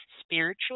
spiritual